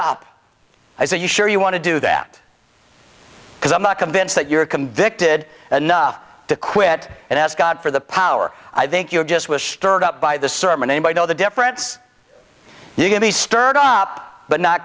up i said you sure you want to do that because i'm not convinced that you're convicted enough to quit and ask god for the power i think you're just was stirred up by the sermon anybody know the difference you can be stirred up but not